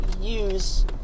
use